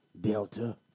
Delta